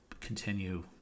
continue